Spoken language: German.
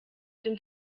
dem